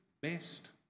best